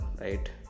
right